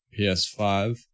PS5